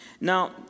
Now